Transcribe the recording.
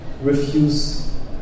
refuse